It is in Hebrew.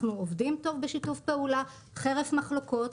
אנחנו עובדים טוב בשיתוף פעולה חרף מחלוקות,